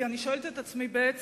כי אני שואלת את עצמי בעצם,